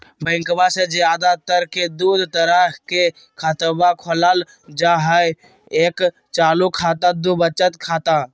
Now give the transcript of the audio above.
बैंकवा मे ज्यादा तर के दूध तरह के खातवा खोलल जाय हई एक चालू खाता दू वचत खाता